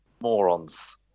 morons